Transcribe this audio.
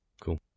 Cool